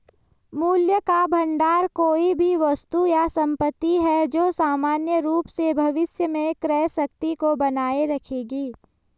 मूल्य का भंडार कोई भी वस्तु या संपत्ति है जो सामान्य रूप से भविष्य में क्रय शक्ति को बनाए रखेगी